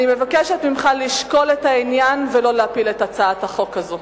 אני מבקשת ממך לשקול את העניין ולא להפיל את הצעת החוק הזו.